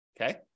Okay